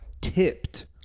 tipped